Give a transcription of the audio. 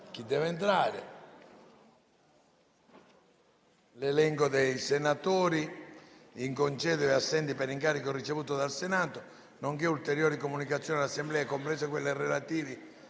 finestra"). L'elenco dei senatori in congedo e assenti per incarico ricevuto dal Senato, nonché ulteriori comunicazioni all'Assemblea, comprese quelle relative